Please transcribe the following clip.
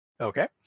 Okay